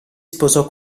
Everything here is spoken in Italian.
sposò